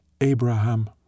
Abraham